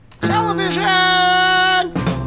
Television